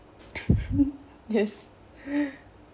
yes